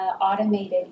automated